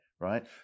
right